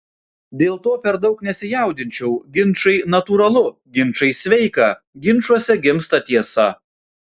dėl to per daug nesijaudinčiau ginčai natūralu ginčai sveika ginčuose gimsta tiesa